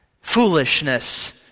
Foolishness